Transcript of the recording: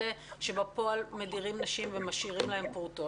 אני בטוחה שאף אחד לא מצפה שהמדינה תיכנס בשיקולים עסקיים.